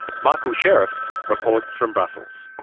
michael shirrefs reports from brussels.